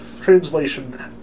translation